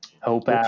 hope